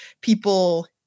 people